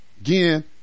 again